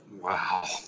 Wow